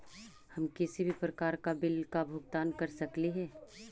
हम किसी भी प्रकार का बिल का भुगतान कर सकली हे?